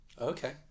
Okay